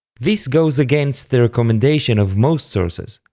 this goes against the recommendation of most sources,